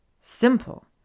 Simple